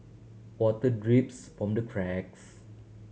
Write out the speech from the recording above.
water drips from the cracks